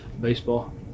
Baseball